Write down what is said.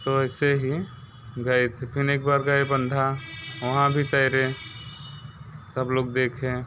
तो ऐसे ही गए थे फिर एक बार गए बंधा वहाँ भी तैरें सब लोग देखें